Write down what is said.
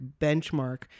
benchmark